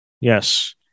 Yes